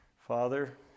Father